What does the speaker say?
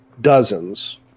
dozens